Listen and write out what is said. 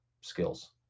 skills